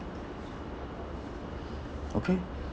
okay